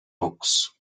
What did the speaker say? books